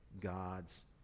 God's